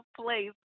place